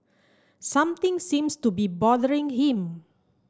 something seems to be bothering him